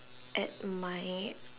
at my